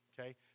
Okay